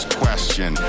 question